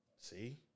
See